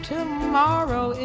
Tomorrow